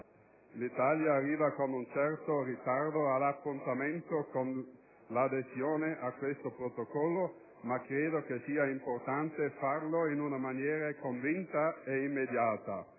L'Italia arriva con un certo ritardo all'appuntamento con l'adesione a questo protocollo, ma credo che sia importante farlo in maniera convinta e immediata.